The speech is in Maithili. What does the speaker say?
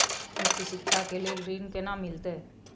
उच्च शिक्षा के लेल ऋण केना मिलते?